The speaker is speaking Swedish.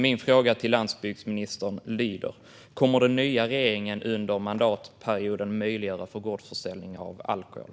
Min fråga till landsbygdsministern lyder: Kommer den nya regeringen under mandatperioden att möjliggöra för gårdsförsäljning av alkohol?